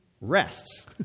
rests